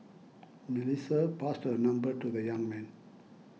Melissa passed her number to the young man